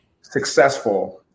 successful